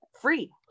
free